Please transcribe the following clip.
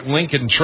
Lincoln